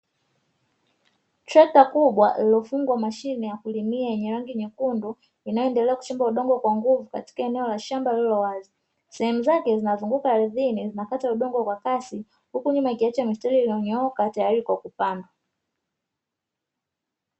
Trekta kubwa lililofungwa mashine ya kulimia yenye rangi nyekundu, inayoendelea kuchimba undongo kwa nguvu katika eneo la shamba lililo wazi. Sehemu zake zinazunguka ardhini zinakata udongo kwa kasi, huku nyuma ikiacha mistari iliyonyooka tayari kwa kupandwa.